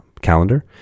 calendar